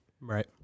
Right